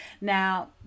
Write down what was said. Now